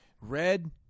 Red